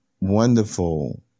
wonderful